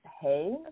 Hey